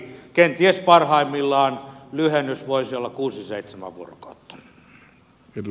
kenties parhaimmillaan lyhennys voisi olla kuusi seitsemän vuorokautta